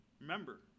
Remember